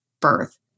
birth